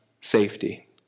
safety